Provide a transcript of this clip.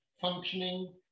functioning